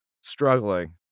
struggling